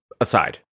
aside